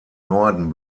norden